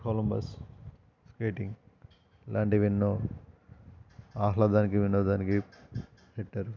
Columbus skating లాంటివి ఎన్నో ఆహ్లాదానికి వినోదానికి పెట్టారు